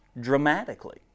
dramatically